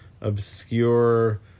obscure